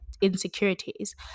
insecurities